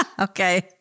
Okay